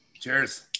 Cheers